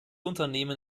unternehmen